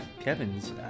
Kevin's